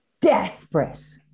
desperate